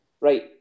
Right